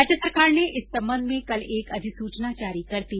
राज्य सरकार ने इस संबंध में कल एक अधिसुचना जारी कर दी